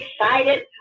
excited